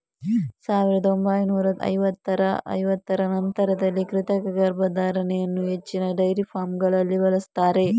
ಸಾವಿರದ ಒಂಬೈನೂರ ಐವತ್ತರ ನಂತರದಲ್ಲಿ ಕೃತಕ ಗರ್ಭಧಾರಣೆ ಅನ್ನು ಹೆಚ್ಚಿನ ಡೈರಿ ಫಾರ್ಮಗಳಲ್ಲಿ ಬಳಸ್ತಾರೆ